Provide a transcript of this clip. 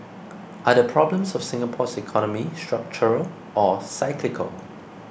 are the problems of Singapore's economy structural or cyclical